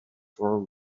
for